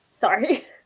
sorry